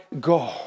go